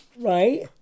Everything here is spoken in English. right